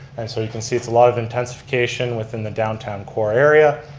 and so you can see it's a lot of intensification within the downtown core area,